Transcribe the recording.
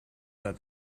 that